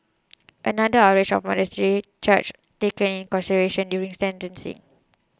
another outrage of modesty charge taken in consideration during sentencing